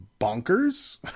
bonkers